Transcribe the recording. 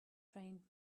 train